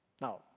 Now